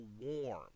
warm